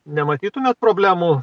nematytumėt problemų